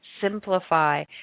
simplify